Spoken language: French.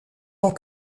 tant